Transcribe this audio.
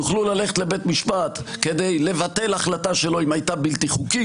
יוכלו ללכת לבית משפט כדי לבטל החלטה שלו אם הייתה בלתי חוקית